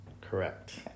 Correct